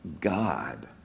God